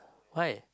why